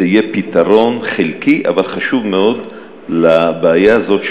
זה יהיה פתרון חלקי אבל חשוב מאוד לבעיה הזאת,